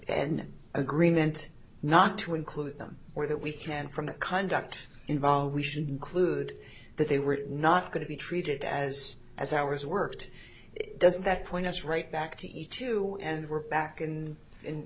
an agreement not to include them or that we can from the kind doctor involve we should include that they were not going to be treated as as hours worked doesn't that point us right back to eat too and we're back in in